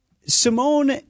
Simone